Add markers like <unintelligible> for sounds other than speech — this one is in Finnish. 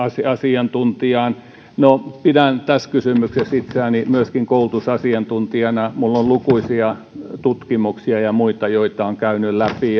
asiantuntijaan no pidän tässä kysymyksessä myöskin itseäni koulutusasiantuntijana minulla on lukuisia tutkimuksia ja muita joita olen käynyt läpi <unintelligible>